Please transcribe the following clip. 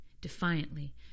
defiantly